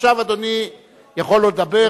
עכשיו, אדוני יכול לדבר.